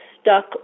stuck